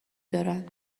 دارن